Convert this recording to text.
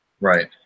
Right